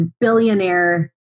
billionaire